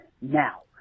Now